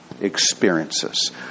experiences